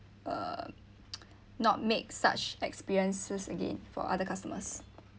uh not make such experiences again for other customers